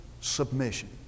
submission